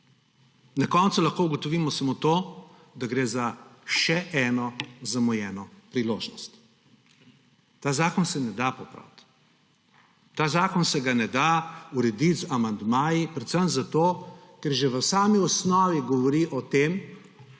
Na koncu lahko ugotovimo samo to, da gre za še eno zamujeno priložnost. Tega zakona se ne da popraviti. Tega zakona se ne da urediti z amandmaji predvsem zato, ker že v sami osnovi govori o tem,